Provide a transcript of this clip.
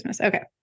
Okay